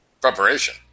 preparation